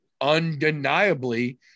undeniably